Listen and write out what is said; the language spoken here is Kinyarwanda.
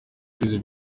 ushize